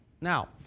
Now